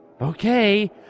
Okay